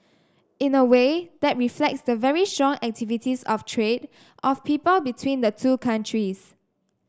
in a way that reflects the very strong activities of trade of people between the two countries